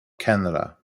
canada